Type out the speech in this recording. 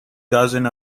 dozen